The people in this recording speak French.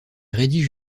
rédige